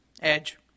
Edge